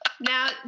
Now